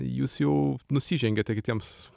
jūs jau nusižengiate kitiems